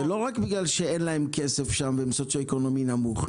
כך שזה לא רק בגלל ששם אין להם כסף והם במצב סוציו-אקונומי נמוך.